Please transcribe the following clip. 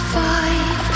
five